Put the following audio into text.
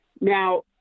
Now